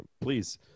please